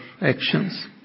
actions